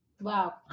Wow